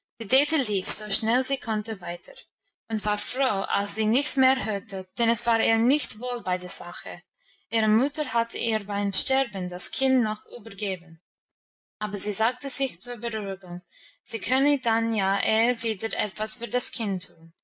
so schnell sie konnte weiter und war froh als sie nichts mehr hörte denn es war ihr nicht wohl bei der sache ihre mutter hatte ihr beim sterben das kind noch übergeben aber sie sagte sich zur beruhigung sie könne dann ja eher wieder etwas für das kind tun